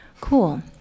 cool